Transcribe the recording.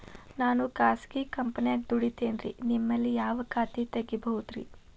ನಾನು ಖಾಸಗಿ ಕಂಪನ್ಯಾಗ ದುಡಿತೇನ್ರಿ, ನಿಮ್ಮಲ್ಲಿ ಯಾವ ಖಾತೆ ತೆಗಿಬಹುದ್ರಿ?